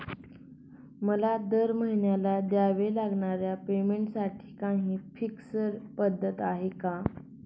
मला दरमहिन्याला द्यावे लागणाऱ्या पेमेंटसाठी काही फिक्स पद्धत आहे का?